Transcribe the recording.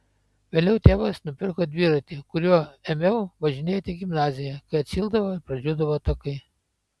vėliau tėvas nupirko dviratį kuriuo ėmiau važinėti į gimnaziją kai atšildavo ir pradžiūdavo takai